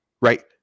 Right